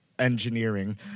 Engineering